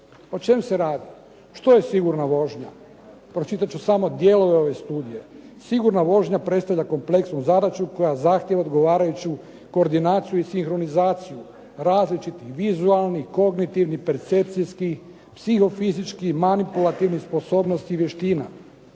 O čemu se radi? Što je sigurna vožnja? Pročitat ću samo dijelove ove studije. Sigurna vožnja predstavlja kompleksnu zadaću koja zahtijeva odgovarajuću koordinaciju i sinhronizaciju različitih vizualnih, kognitivnih, percepcijskih, psiho-fizičkih, manipulativnih sposobnosti i vještina.